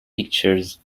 pictures